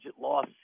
loss